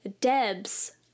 Debs